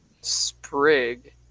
Sprig